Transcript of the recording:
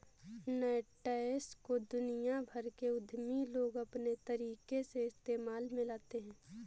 nascent को दुनिया भर के उद्यमी लोग अपने तरीके से इस्तेमाल में लाते हैं